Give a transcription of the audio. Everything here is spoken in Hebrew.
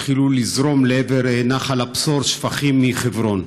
התחילו לזרום לעבר נחל הבשור שפכים מחברון,